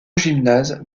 gymnase